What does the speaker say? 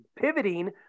pivoting